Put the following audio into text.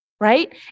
right